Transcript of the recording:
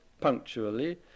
punctually